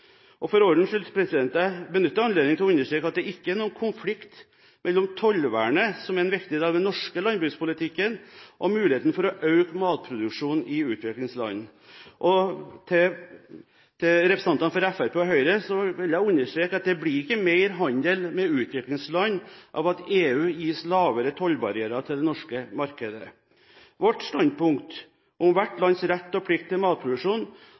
For ordens skyld: Jeg benytter anledningen til å understreke at det ikke er noen konflikt mellom tollvernet som en viktig del av den norske landbrukspolitikken og muligheten for å øke matproduksjonen i utviklingsland. Til representantene fra Fremskrittspartiet og Høyre vil jeg understreke at det ikke blir mer handel med utviklingsland av at EU gis lavere tollbarrierer til det norske markedet. Vårt standpunkt om hvert lands rett og plikt til matproduksjon